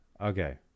Okay